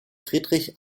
friedrich